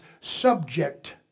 subject